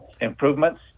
improvements